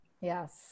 yes